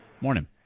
Morning